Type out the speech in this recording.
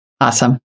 Awesome